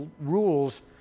rules